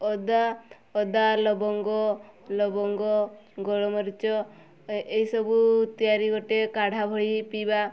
ଅଦା ଅଦା ଲବଙ୍ଗ ଲବଙ୍ଗ ଗୋଳମରିଚ ଏହି ସବୁ ତିଆରି ଗୋଟେ କାଢ଼ା ଭଳି ପିଇବା